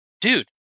dude